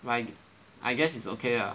why I guess it's okay ah